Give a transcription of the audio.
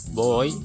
boy